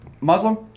Muslim